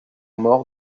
morts